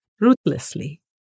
ruthlessly